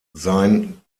sein